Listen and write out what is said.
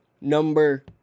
number